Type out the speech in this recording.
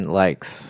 likes